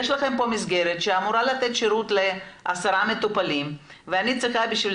יש פה מסגרת שאמורה לתת שירות לעשרה מטופלים ואני צריכה בשביל